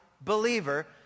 believer